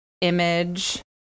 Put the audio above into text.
image